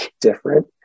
different